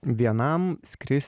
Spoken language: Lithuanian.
vienam skris